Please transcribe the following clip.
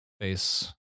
face